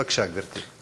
בבקשה, גברתי.